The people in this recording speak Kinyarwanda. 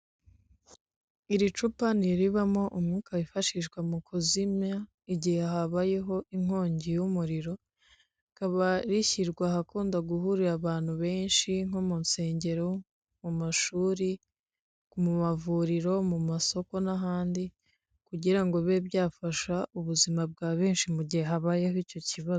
Iri cupa ni iribamo umwuka wifashishwa mu kuzimya igihe habayeho inkongi y'umuriro, rikaba rishyirwa ahakunda guhurira abantu benshi nko mu nsengero, mu mashuri, mu mavuriro, mu masoko n'ahandi kugira ngo bibe byafasha ubuzima bwa benshi mu gihe habayeho icyo kibazo.